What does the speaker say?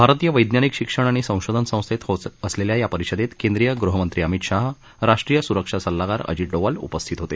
भारतीय वैज्ञानिक शिक्षण आणि संशोधन संस्थेत होत असलेल्या या परिषदेत केंद्रिय गृहमंत्री अमित शाह राष्ट्रीय सुरक्षा सल्लागार अजित डोवाल उपस्थित होते